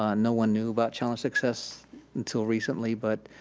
um no one knew about challenge success until recently but